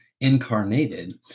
incarnated